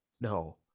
no